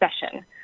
session